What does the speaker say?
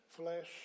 flesh